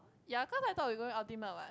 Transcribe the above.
ya cause I thought we going ultimate what